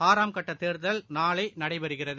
ஆறாம் கட்டதேர்தல் நாளைநடைபெறுகிறது